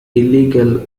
illegal